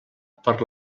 per